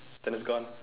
then it's gone